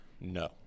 No